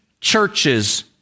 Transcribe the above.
Churches